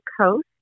Coast